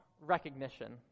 recognition